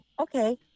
okay